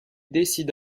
décide